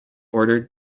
ordered